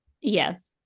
yes